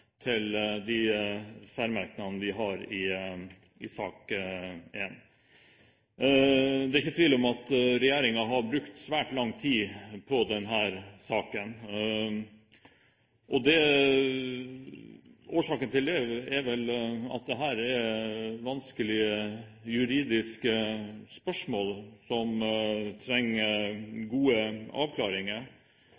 til de særmerknadene vi har i sak nr. 1. Det er ikke tvil om at regjeringen har brukt svært lang tid på denne saken. Årsaken til det er vel at dette er vanskelige juridiske spørsmål som trenger